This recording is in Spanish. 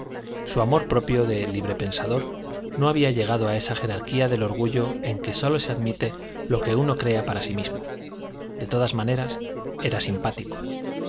su amor propio de libre-pensador no había llegado a esa jerarquía del orgullo en que sólo se admite lo que uno crea para sí mismo de todas maneras era simpático